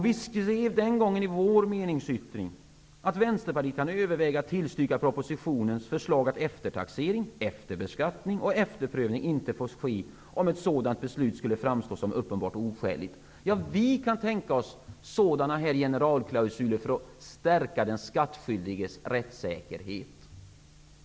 Vi skrev den gången i vår meningsyttring att Vänsterpartiet kunde överväga att tillstyrka propositionens förslag att eftertaxering, efterbeskattning och efterprövning inte får ske om ett sådant beslut skulle framstå som uppenbart oskäligt. Vi kan tänka oss sådana generalklausuler för att stärka den skattskyldiges rättssäkerhet.